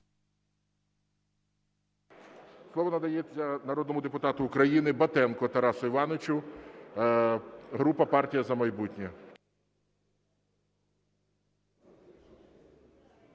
Слово надається народному депутату України Батенку Тарасу Івановичу, група "Партія "За майбутнє".